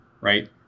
right